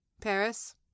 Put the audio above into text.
Paris